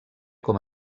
com